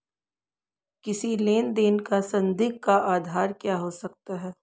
किसी लेन देन का संदिग्ध का आधार क्या हो सकता है?